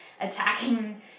attacking